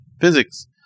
physics